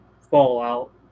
Fallout